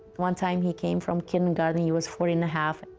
one time he came from kindergarten, he was four and a half.